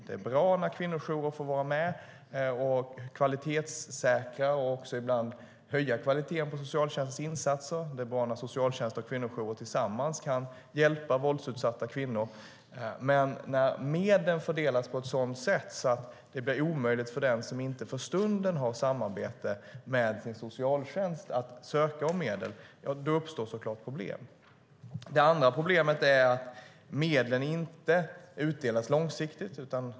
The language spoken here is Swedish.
Det är bra när kvinnojourer får vara med och kvalitetssäkra och ibland höja kvaliteten på socialtjänstens insatser. Det är bra när socialtjänst och kvinnojourer tillsammans kan hjälpa våldsutsatta kvinnor. Men när medlen fördelas på ett sådant sätt att det blir omöjligt för den som inte för stunden har samarbete med sin socialtjänst att söka medel uppstår såklart problem. Det andra problemet är att medlen inte utdelas långsiktigt.